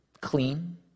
clean